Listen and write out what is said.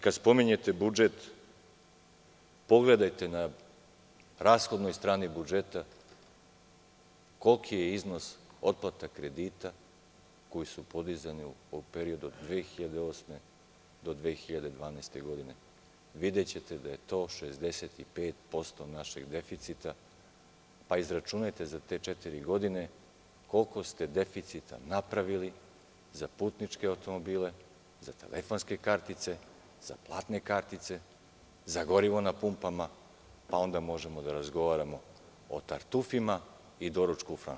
Kad spominjete budžet pogledajte na rashodnoj strani budžeta koliki je iznos otplata kredita koji su podizani u periodu od 2008. do 2012. godine, videćete da je to 65% našeg deficita, pa izračunajte za te četiri godine koliko ste deficita napravili za putničke automobile, za telefonske kartice, za platne kartice, za gorivo na pumpama, pa onda možemo da razgovaramo o tartufima i doručku u „Franšu“